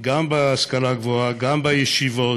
גם בהשכלה גבוהה, גם בישיבות,